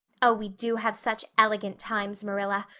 oh, we do have such elegant times, marilla.